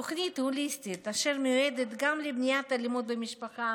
תוכנית הוליסטית אשר מיועדת גם למניעת אלימות במשפחה,